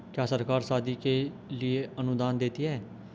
क्या सरकार शादी के लिए अनुदान देती है?